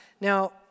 Now